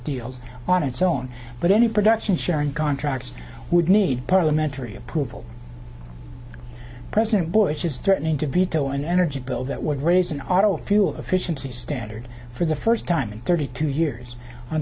deals on its own but any production sharing contracts would need parliamentary approval president bush is threatening to veto an energy bill that would raise an auto fuel efficiency standard for the first time in thirty two years on